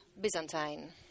Byzantine